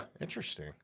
Interesting